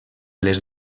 les